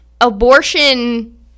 abortion